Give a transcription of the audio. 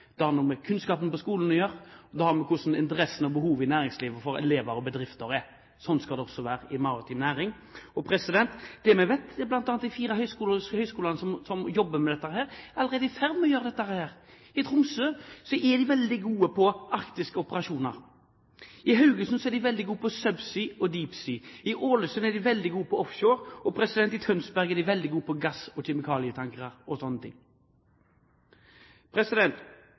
med hvordan interessen og behovet i næringslivet for elever og bedrifter er. Sånn skal det også være i maritim næring. Vi vet bl.a. at de fire høyskolene som jobber med dette, allerede er i ferd med å gjøre dette. I Tromsø er de veldig gode på arktiske operasjoner. I Haugesund er de veldig gode på sub sea og deep sea. I Ålesund er de veldig gode på offshore, og i Tønsberg er de veldig gode på gass- og